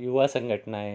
युवा संघटना आहे